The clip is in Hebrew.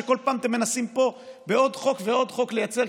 כשבכל פעם אתם מנסים פה בעוד חוק ועוד חוק לייצר,